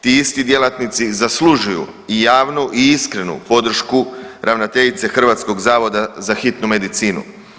Ti isti djelatnici zaslužuju i javnu i iskrenu podršku ravnateljice Hrvatskog zavoda za hitinu medicinu.